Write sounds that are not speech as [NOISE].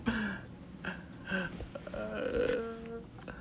[LAUGHS]